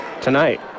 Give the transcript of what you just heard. tonight